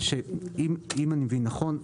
אני מבין נכון,